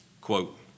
Quote